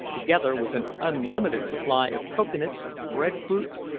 together with an unlimited supply of cocoa-nuts, bread-fruits,